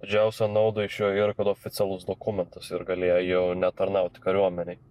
didžiausia nauda iš jo yra kad oficialus dokumentas ir galėjau netarnauti kariuomenėj